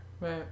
Right